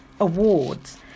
awards